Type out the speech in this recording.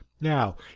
Now